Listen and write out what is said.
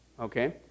okay